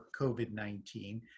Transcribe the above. COVID-19